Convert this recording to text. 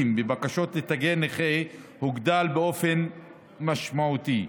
בבקשות לתגי נכה יוגדל באופן משמעותי.